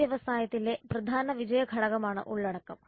ഈ വ്യവസായത്തിലെ പ്രധാന വിജയ ഘടകമാണ് ഉള്ളടക്കം